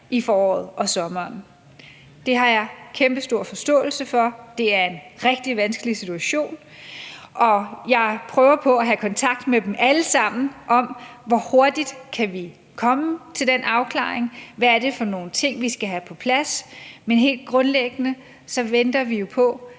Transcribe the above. i foråret og sommeren. Det har jeg kæmpestor forståelse for; det er en rigtig vanskelig situation. Jeg prøver på at have kontakt med dem alle sammen om, hvor hurtigt vi kan komme til den afklaring, og hvad det er for nogle ting, vi skal have på plads. Men helt grundlæggende venter vi jo på,